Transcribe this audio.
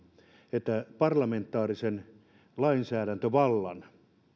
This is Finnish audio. että parlamentaarisen lainsäädäntövallan